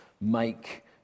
make